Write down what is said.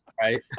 right